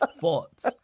thoughts